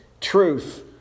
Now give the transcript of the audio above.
truth